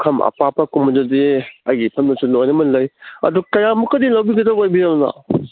ꯄꯨꯈꯝ ꯑꯄꯥꯛꯄꯒꯨꯝꯕꯗꯨꯗꯤ ꯑꯩꯒꯤ ꯏꯐꯝꯗꯁꯨ ꯂꯣꯏꯅꯃꯛ ꯂꯩ ꯑꯗꯣ ꯀꯌꯥꯃꯨꯛꯀꯗꯤ ꯂꯧꯕꯤꯒꯗꯧ ꯑꯣꯏꯕꯤꯔꯕꯅꯣ